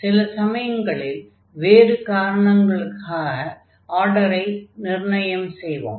சில சமயங்களில் வேறு காரணங்களுக்காக ஆர்டரை நிர்ணயம் செய்வோம்